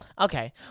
Okay